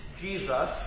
Jesus